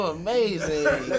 amazing